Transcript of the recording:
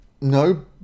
No